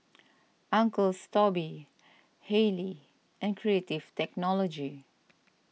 Uncle Toby's Haylee and Creative Technology